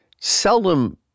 Seldom